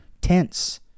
Tense